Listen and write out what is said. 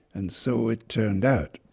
and so it turned out.